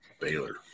Baylor